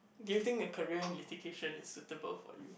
do you think a career in litigation is suitable for you